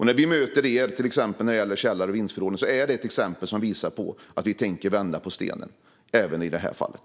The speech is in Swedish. När vi går er till mötes, till exempel när det gäller källare och vindsförråd, visar det att vi tänker vända på alla stenar även i det fallet.